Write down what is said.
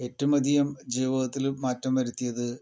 ഏറ്റവുമധികം ജീവിതത്തിൽ മാറ്റം വരുത്തിയത്